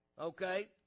okay